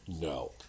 No